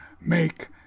make